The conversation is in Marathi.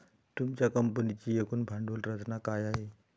तुमच्या कंपनीची एकूण भांडवल रचना काय आहे?